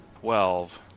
Twelve